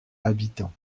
habitants